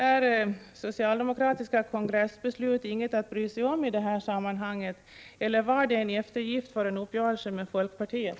Är socialdemokratiska kongressbeslut inget att bry sig om i detta sammanhang, eller var det en eftergift för en uppgörelse med folkpartiet?